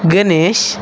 Ganesh